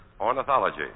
Ornithology